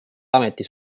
ametis